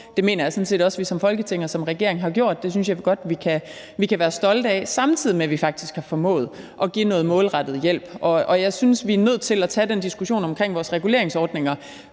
Det mener jeg sådan set også vi som Folketing og som regering har gjort – det synes jeg godt vi kan være stolte af – samtidig med at vi faktisk har formået at give noget målrettet hjælp. Jeg synes, vi er nødt til at tage den diskussion omkring vores reguleringsordninger